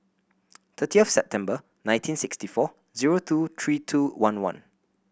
thirtieth September nineteen sixty four zero two three two one one